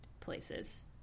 places